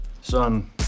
Son